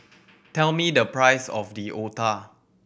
tell me the price of the Otah